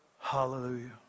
Hallelujah